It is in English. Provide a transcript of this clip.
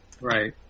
Right